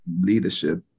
leadership